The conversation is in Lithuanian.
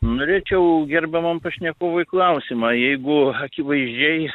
norėčiau gerbiamam pašnekovui klausimą jeigu akivaizdžiai